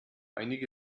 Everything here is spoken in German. einige